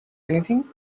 anything